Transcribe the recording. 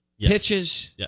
pitches